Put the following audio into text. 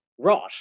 rot